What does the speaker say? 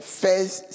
first